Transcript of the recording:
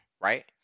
right